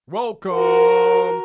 Welcome